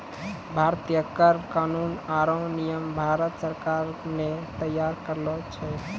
भारतीय कर कानून आरो नियम भारत सरकार ने तैयार करलो छै